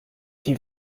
die